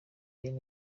ben